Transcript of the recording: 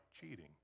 cheating